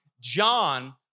John